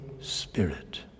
Spirit